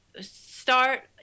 start